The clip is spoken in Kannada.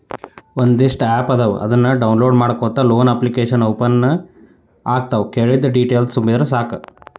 ಒಂದಿಷ್ಟ ಆಪ್ ಅದಾವ ಅವನ್ನ ಡೌನ್ಲೋಡ್ ಮಾಡ್ಕೊಂಡ ಲೋನ ಅಪ್ಲಿಕೇಶನ್ ಓಪನ್ ಆಗತಾವ ಕೇಳಿದ್ದ ಡೇಟೇಲ್ಸ್ ತುಂಬಿದರ ಸಾಕ